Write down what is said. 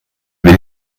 will